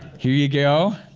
here you go.